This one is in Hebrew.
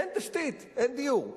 אין תשתית, אין דיור.